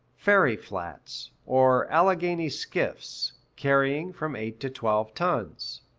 ferry-flats, or alleghany skiffs, carrying from eight to twelve tons.